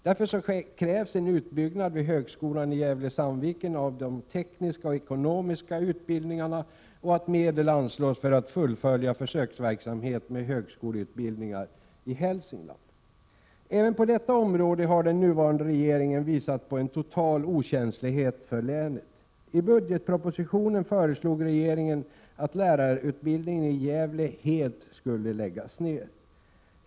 Därför krävs att en utbyggnad görs av de tekniska och ekonomiska utbildningarna vid högskolan i Gävle—-Sandviken och att medel anslås för att fullfölja försöksverksamhet med högskoleutbildningar i Hälsingland. Även på detta område har den nuvarande regeringen visat en total okänslighet för länet. I budgetpropositionen föreslog regeringen att lärarutbildningen i Gävle helt skulle läggas ned.